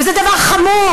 וזה דבר חמור.